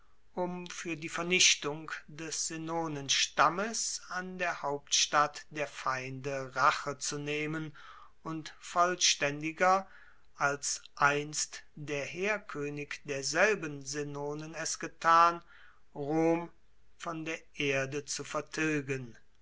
um fuer die vernichtung des senonenstammes an der hauptstadt der feinde rache zu nehmen und vollstaendiger als einst der heerkoenig derselben senonen es getan rom von der erde zu vertilgen